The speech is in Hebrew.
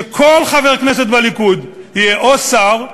שכל חבר כנסת בליכוד יהיה או שר,